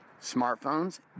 Smartphones